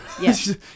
yes